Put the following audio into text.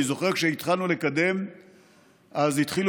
אני זוכר כשהתחלנו לקדם אז התחילו